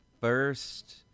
first